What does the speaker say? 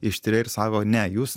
ištiria ir sako ne jūs